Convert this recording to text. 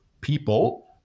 people